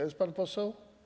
Jest pan poseł?